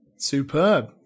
superb